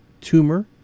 tumor